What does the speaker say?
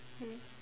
mm